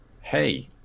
hey